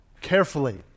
carefully